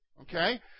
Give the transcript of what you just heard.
Okay